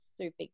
super